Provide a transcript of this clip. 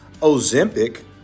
Ozempic